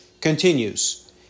continues